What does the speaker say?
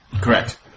correct